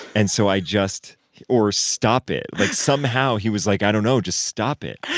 and so i just or stop it. like, somehow, he was like, i don't know. just stop it.